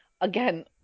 again